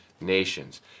nations